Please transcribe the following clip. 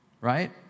right